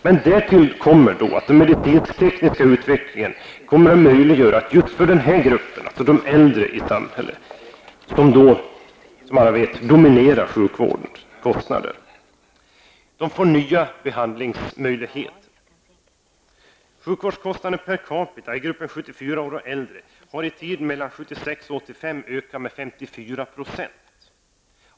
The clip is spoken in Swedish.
Men därtill kommer att den medicinsk-tekniska utvecklingen kommer att möjliggöra att just denna grupp, de äldre i samhället vilka som bekant dominerar när det gäller sjukvårdskostnaderna, får nya behandlingschanser. Sjukvårdskostnaden per capita i gruppen 74 år och äldre har mellan 1976 och 1985 ökat med 54 %.